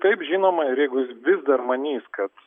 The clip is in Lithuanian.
taip žinoma ir jeigu jis vis dar manys kad